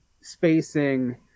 spacing